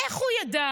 איך הוא ידע,